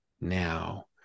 now